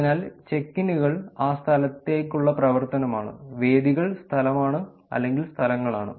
അതിനാൽ ചെക്ക് ഇന്നുകൾ ആ സ്ഥലത്തേക്കുള്ള പ്രവർത്തനമാണ് വേദികൾ സ്ഥലമാണ് അല്ലെങ്കിൽ സ്ഥലങ്ങളാണ്